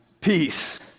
peace